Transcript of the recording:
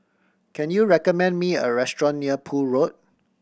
can you recommend me a restaurant near Poole Road